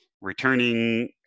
returning